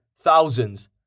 thousands